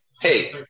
hey